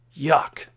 Yuck